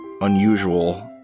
unusual